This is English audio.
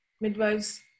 midwives